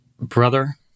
Brother